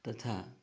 तथा